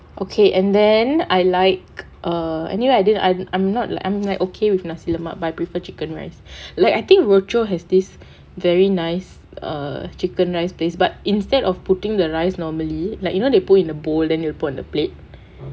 okay and then I like err anyway I didn't I I'm not like I'm like okay with nasi lemak but I prefer chicken rice like I think rochor has this very nice err chicken rice place but instead of putting the rice normally like you know they put in a bowl then they will put on the plate